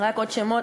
רק עוד שמות.